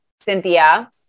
Cynthia